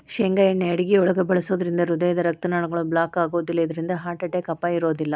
ಶೇಂಗಾ ಎಣ್ಣೆ ಅಡುಗಿಯೊಳಗ ಬಳಸೋದ್ರಿಂದ ಹೃದಯದ ರಕ್ತನಾಳಗಳು ಬ್ಲಾಕ್ ಆಗೋದಿಲ್ಲ ಇದ್ರಿಂದ ಹಾರ್ಟ್ ಅಟ್ಯಾಕ್ ಅಪಾಯ ಇರೋದಿಲ್ಲ